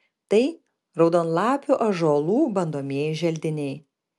tai raudonlapių ąžuolų bandomieji želdiniai